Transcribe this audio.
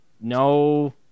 no